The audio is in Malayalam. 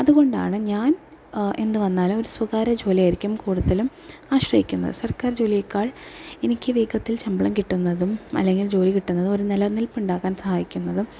അതുകൊണ്ടാണ് ഞാൻ എന്തു വന്നാലും ഒരു സ്വകാര്യ ജോലി ആയിരിക്കും കൂടുതലും ആശ്രയിക്കുന്നത് സർക്കാർ ജോലിയേക്കാൾ എനിക്ക് വേഗത്തിൽ ശമ്പളം കിട്ടുന്നതും അല്ലെങ്കിൽ ജോലി കിട്ടുന്നതും ഒരു നിലനിൽപ്പ് ഉണ്ടാക്കാൻ സഹായിക്കുന്നതും